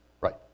Right